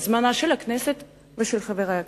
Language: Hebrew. זמנה של הכנסת ואת זמנם של חברי הכנסת.